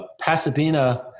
Pasadena